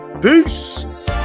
Peace